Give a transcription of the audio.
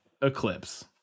Eclipse